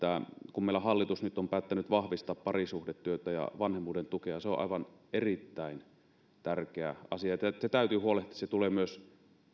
meillä hallitus nyt on päättänyt vahvistaa parisuhdetyötä ja vanhemmuuden tukea se on on erittäin tärkeä asia ja täytyy huolehtia että se tulee myös